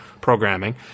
programming